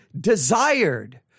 desired